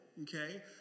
Okay